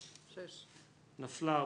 לסעיף 1 לא נתקבלה.